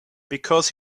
because